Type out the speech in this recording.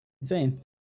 insane